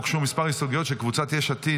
כמה הסתייגויות של קבוצת סיעת יש עתיד,